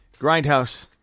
Grindhouse